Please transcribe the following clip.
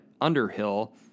Underhill